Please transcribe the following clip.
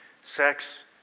sex